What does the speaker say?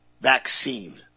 vaccine